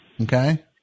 Okay